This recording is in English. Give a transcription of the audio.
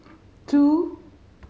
two